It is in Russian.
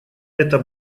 это